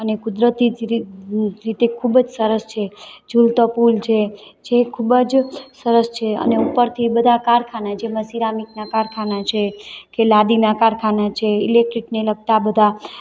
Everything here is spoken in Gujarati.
અને કુદરતી રીત અ રીતે ખૂબ જ સરસ છે ઝૂલતો પૂલ છે જે ખૂબ જ સરસ છે અને ઉપરથી બધા કારખાના જેમાં સિરામિકનાં કારખાના છે કે લાદીનાં કારખાના છે ઇલેક્ટ્રિકને લગતા બધા